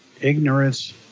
ignorance